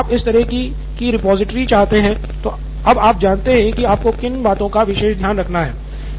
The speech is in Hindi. तो यदि आप इस तरह की रिपॉजिटरी चाहते हैं तो अब आप जानते हैं कि आपको किन बातों का विशेष ध्यान रखना है